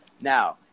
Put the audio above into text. Now